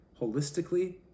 holistically